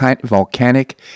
volcanic